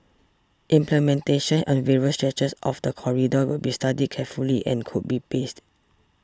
implementation on various stretches of the corridor will be studied carefully and could be paced